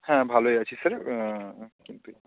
হ্যাঁ ভালোই আছি স্যার কিন্তু